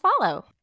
follow